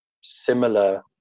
similar